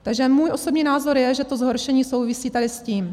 Takže můj osobní názor je, že to zhoršení souvisí tady s tím.